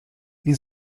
nie